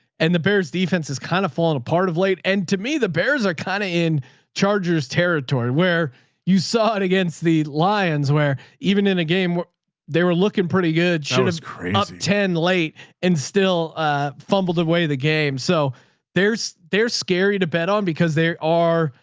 and the bears defense has kind of fallen apart of late. and to me, the bears are kind of in chargers territory where you saw it against the lions where even in a game where they were looking pretty good, shouldn't have up ten late and still ah fumbled away the game. so there's, they're scary to bet on because they are,